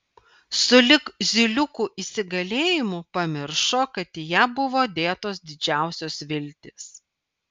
sulig zyliukų įsigalėjimu pamiršo kad į ją buvo dėtos didžiausios viltys